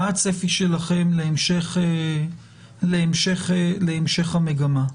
הצפי שלכם להמשך המגמה?